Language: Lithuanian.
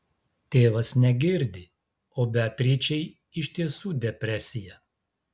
tėvas negirdi o beatričei iš tiesų depresija